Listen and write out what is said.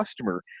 customer